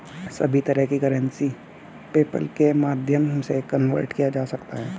सभी तरह की करेंसी को पेपल्के माध्यम से कन्वर्ट किया जा सकता है